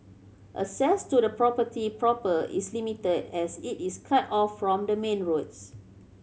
access to the property proper is limited as it is cut off from the main roads